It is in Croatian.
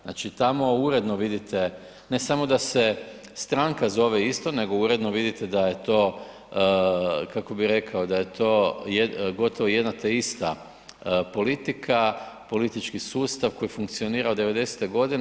Znači tamo uredno vidite ne samo da se stranka zove isto nego uredno vidite da je to, kako bih rekao da je to gotovo jedno te ista politika, politički sustav koji funkcionira od '90.-te godine.